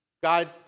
God